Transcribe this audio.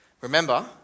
Remember